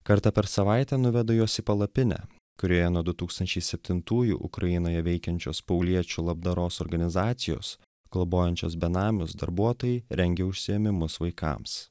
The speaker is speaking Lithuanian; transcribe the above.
kartą per savaitę nuveda juos į palapinę kurioje nuo du tūkstančiai septintųjų ukrainoje veikiančios pauliečių labdaros organizacijos globojančios benamius darbuotojai rengia užsiėmimus vaikams